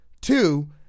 Two